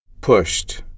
pushed